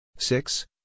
Six